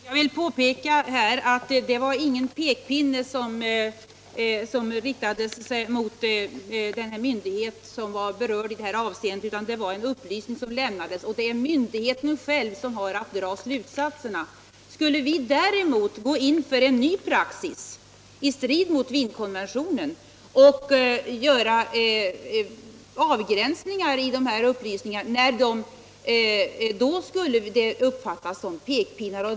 Herr talman! Jag vill påpeka att det inte var någon pekpinne som riktades mot den myndighet som var berörd i det här avseendet utan en upplysning som lämnades. Det är myndigheten själv som har att dra slutsatserna. Skulle vi däremot gå in för en ny praxis, i strid mot Wienkonventionen, och göra avgränsningar i upplysningarna skulle det uppfattas som pekpinnar.